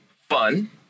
fun